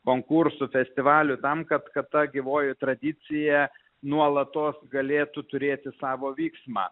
konkursų festivalių tam kad kad ta gyvoji tradicija nuolatos galėtų turėti savo vyksmą